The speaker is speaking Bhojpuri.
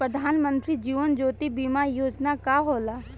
प्रधानमंत्री जीवन ज्योति बीमा योजना का होला?